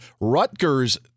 Rutgers